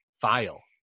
file